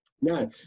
now